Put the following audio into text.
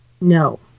No